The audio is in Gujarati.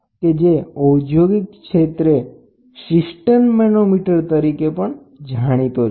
તો અહીં આપણે d શોધવાનો પ્રયત્ન કરીશું તો હવે આપણે એક બીજા ઔદ્યોગિક વપરાશમાં આવતું U ટ્યુબ મેનોમીટર જોઈએ જે સીસ્ટર્ન મેનોમીટર તરીકે જાણીતું છે